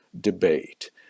debate